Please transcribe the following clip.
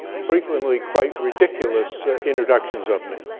frequently quite ridiculous introductions of me.